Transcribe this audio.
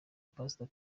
pastor